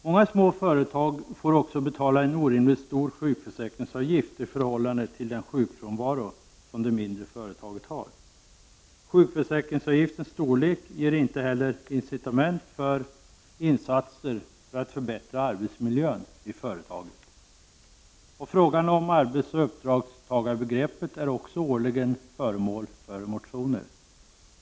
Många små företag får också betala en orimligt stor sjukförsäkringsavgift i förhållande till den sjukfrånvaro som det mindre företaget har. Sjukförsäkringsavgiftens storlek ger inte heller incitament för insatser för att förbättra arbetsmiljön i företagen. Frågan om arbetsoch uppdragstagarbegreppet är också årligen föremål för motioner.